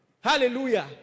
Hallelujah